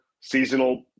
seasonal